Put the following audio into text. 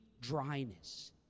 dryness